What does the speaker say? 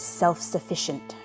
self-sufficient